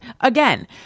Again